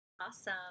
Awesome